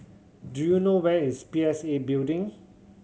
do you know where is P S A Building